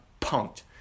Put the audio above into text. punked